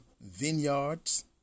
vineyards